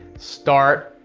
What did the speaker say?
start,